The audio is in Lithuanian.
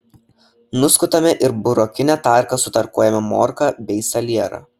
nuskutame ir burokine tarka sutarkuojame morką bei salierą